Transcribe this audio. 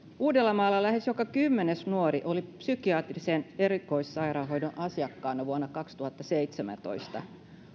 uudellamaalla lähes joka kymmenes nuori oli psykiatrisen erikoissairaanhoidon asiakkaana vuonna kaksituhattaseitsemäntoista